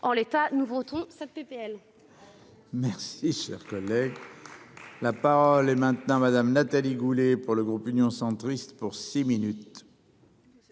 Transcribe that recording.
En l'état, nous voterons cette PPL. Merci cher connaît. La parole est maintenant madame Nathalie Goulet, pour le groupe Union centriste pour six minutes.